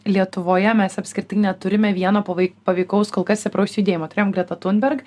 lietuvoje mes apskritai neturime vieno pavei paveikaus kol kas stipraus judėjimo turėjome gretą tunberg